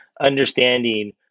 understanding